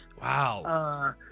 Wow